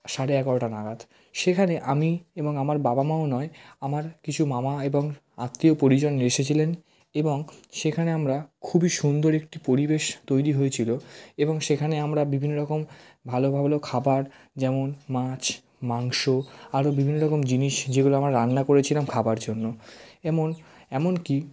সাড়ে এগারোটা নাগাদ সেখানে আমি এবং আমার বাবা মাও নয় আমার কিছু মামা এবং আত্মীয় পরিজন এসেছিলেন এবং সেখানে আমরা খুবই সুন্দর একটি পরিবেশ তৈরি হয়েছিল এবং সেখানে আমরা বিভিন্ন রকম ভালো ভালো খাবার যেমন মাছ মাংস আরও বিভিন্নরকম জিনিস যেগুলো আমরা রান্না করেছিলাম খাবার জন্য এমন এমনকি